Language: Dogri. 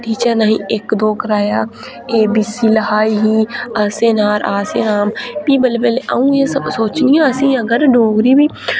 टीचर नेही इक दो कराया ए बी सी लखाई उड़ी अ से अनार अ से अनार फ्ही बल्लें बल्लें अ'ऊं एह् सोचनी आं असेंगी अगर डोगरी बी